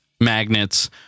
magnets